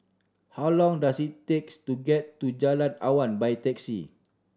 how long does it takes to get to Jalan Awan by taxi